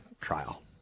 trial